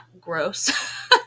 gross